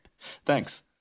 Thanks